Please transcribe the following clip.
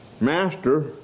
Master